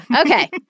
Okay